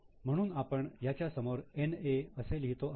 म्हणून आपण ह्याच्या समोर NA असे लिहितो आहोत